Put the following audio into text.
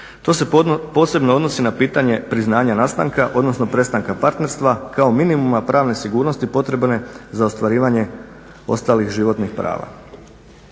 To se posebno odnosi na pitanje priznanja nastanka, odnosno prestanka partnerstva kao minimuma pravne sigurnosti potrebne za ostvarivanje ostalih životnih prava.